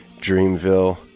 Dreamville